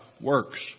works